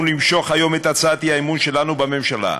למשוך היום את הצעת האי-אמון שלנו בממשלה.